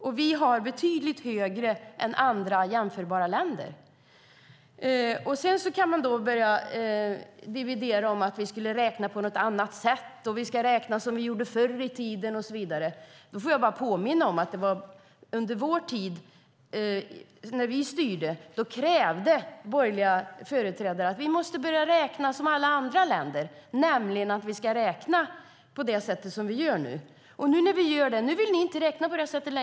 Sverige har en betydligt högre ungdomsarbetslöshet än andra jämförbara länder. Sedan kan man börja dividera om att vi skulle räkna på något annat sätt och att vi ska räkna som vi gjorde förr i tiden och så vidare. Då får jag bara påminna om att det var under den tid då vi styrde som borgerliga företrädare krävde att vi måste börja räkna som alla andra länder, nämligen på det sätt som vi nu gör. När vi nu gör det vill ni inte längre räkna på det sättet.